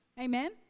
Amen